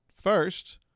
First